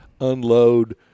unload